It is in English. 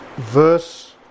Verse